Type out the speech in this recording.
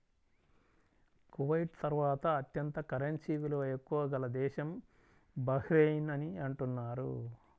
Kuwait తర్వాత అత్యంత currency విలువ ఎక్కువ గల దేశం బహ్రెయిన్ అని అంటున్నారు